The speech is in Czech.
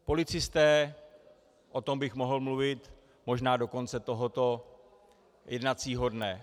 Policisté, o tom bych mohl mluvit možná do konce tohoto jednacího dne.